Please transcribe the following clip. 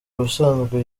ubusanzwe